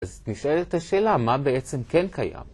אז נשאלת השאלה, מה בעצם כן קיים?